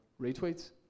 retweets